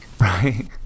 right